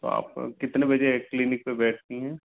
तो आप कितने बजे क्लिनिक पर बैठती हैं